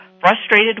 frustrated